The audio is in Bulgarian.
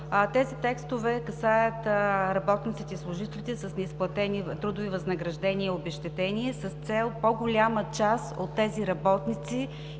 Тези текстове касаят работниците и служителите с неизплатени трудови възнаграждения и обезщетения с цел по-голяма част от тези работници